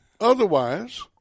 Otherwise